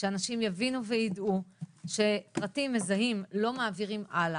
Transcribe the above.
שאנשים יבינו ויידעו שפרטים מזהים לא מעבירים הלאה,